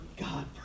God